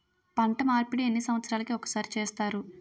పంట మార్పిడి ఎన్ని సంవత్సరాలకి ఒక్కసారి చేస్తారు?